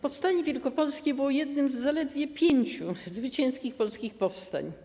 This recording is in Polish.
Powstanie wielkopolskie było jednym z zaledwie pięciu zwycięskich polskich powstań.